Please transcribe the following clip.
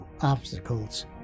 obstacles